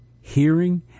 hearing